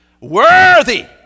Worthy